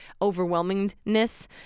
overwhelmingness